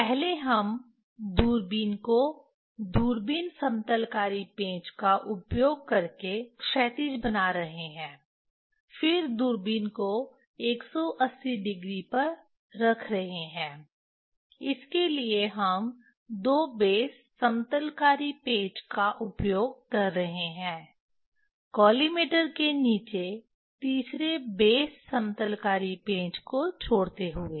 पहले हम दूरबीन को दूरबीन समतलकारी पेंच का उपयोग करके क्षैतिज बना रहे हैं फिर दूरबीन को 180 डिग्री पर रख रहे हैं इसके लिए हम दो बेस समतलकारी पेंच का उपयोग कर रहे हैं कॉलिमेटर के नीचे तीसरे बेस समतलकारी पेंच को छोड़ते हुए